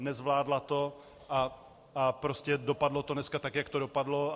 Nezvládla to a prostě dopadlo to dneska tak, jak to dopadlo.